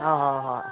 ꯑꯧ ꯍꯣ ꯍꯣ ꯍꯣꯏ